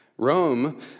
Rome